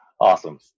Awesome